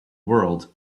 world